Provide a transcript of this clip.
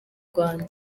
rwanda